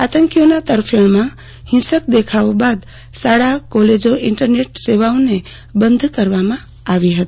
આતંકીઓના તરફેણમાં ફિંસક દેખાવો બાદ શાળા કોલેજો ઇન્ટરનેટ સેવાઓ બંધ કરવામાં આવી હતી